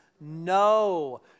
No